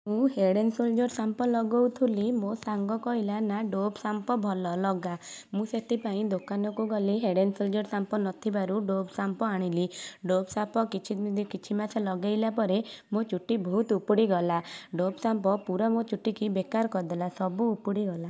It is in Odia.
ମୁଁ ହେଡ଼୍ ଆଣ୍ଡ ସୋଲଡ଼୍ର ସାମ୍ପୁ ଲଗାଉଥିଲି ମୋ ସାଙ୍ଗ କହିଲା ନା ଡୋଭ୍ ସାମ୍ପୁ ଭଲ ଲଗା ମୁଁ ସେଥିପାଇଁ ଦୋକାନକୁ ଗଲି ହେଡ଼୍ ଆଣ୍ଡ ସୋଲଡ଼୍ର ସାମ୍ପୁ ନଥିବାରୁ ଡୋଭ୍ ସାମ୍ପୁ ଆଣିଲି ଡୋଭ୍ ସାମ୍ପୁ କିଛି କିଛି ମାସ ଲଗାଇଲା ପରେ ମୋ ଚୁଟି ବହୁତ ଉପୁଡ଼ି ଗଲା ଡୋଭ୍ ସାମ୍ପୁ ପୁରା ମୋ ଚୁଟି କି ବେକାର କରିଦେଲା ସବୁ ଉପୁଡ଼ି ଗଲା